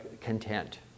content